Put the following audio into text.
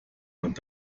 und